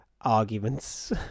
arguments